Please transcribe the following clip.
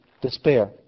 despair